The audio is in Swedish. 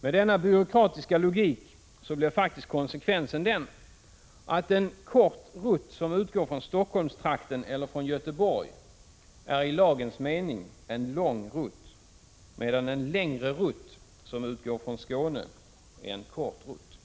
Med denna byråkratiska logik blir faktiskt konsekvensen den att en kort rutt som utgår från Helsingforsstrakten eller från Göteborg är en i lagens mening lång rutt, medan en längre rutt som utgår från Skåne är en kort rutt.